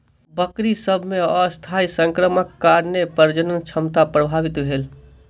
बकरी सभ मे अस्थायी संक्रमणक कारणेँ प्रजनन क्षमता प्रभावित भेल